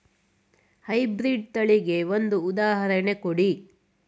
High breed ತಳಿಗೆ ಒಂದು ಉದಾಹರಣೆ ಕೊಡಿ?